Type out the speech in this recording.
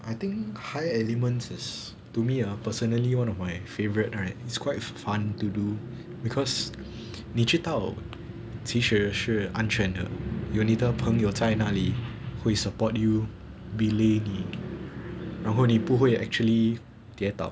I think high elements is to me personally one of my favourite right it's quite fun to do because 你知道其实是安全的有你的朋友在哪里会 support you belay 你然后你不会 actually 跌倒